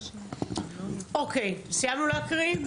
אוקיי, סיימנו להקריא?